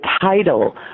title